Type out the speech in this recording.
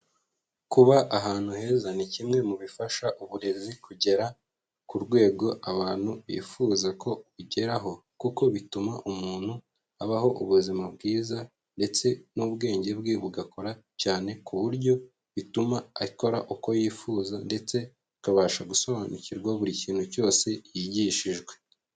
Kuba ahantu heza ni kimwe mu bifasha uburezi kugera ku rwego abantu bifuza ko bugeraho kuko bituma umuntu abaho ubuzima bwiza ndetse n'ubwenge bwe bugakora cyane ku buryo bituma akora uko yifuza ndetse akabasha gusobanukirwa buri kintu cyose yigishijwe.